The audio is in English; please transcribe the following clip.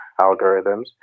algorithms